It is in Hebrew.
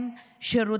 שקד,